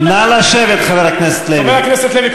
חבר הכנסת לוי,